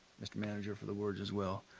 mr. manager, for the words as well.